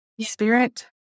Spirit